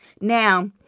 Now